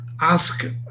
ask